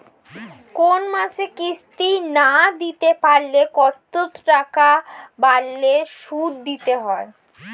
কোন মাসে কিস্তি না দিতে পারলে কতটা বাড়ে সুদ দিতে হবে?